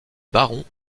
baron